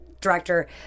director